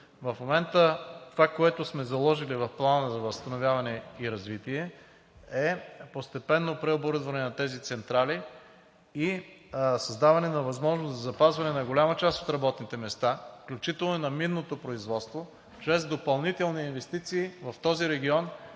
В момента това, което сме заложили в Плана за възстановяване и развитие, е постепенно преоборудване на тези централи и създаване на възможност за запазване на голяма част от работните места, включително и на минното производство, чрез допълнителни инвестиции в този регион,